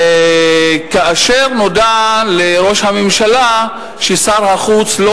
כאשר נודע לראש הממשלה ששר החוץ לא